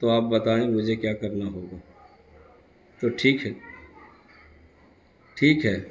تو آپ بتائیں مجھے کیا کرنا ہوگا تو ٹھیک ہے ٹھیک ہے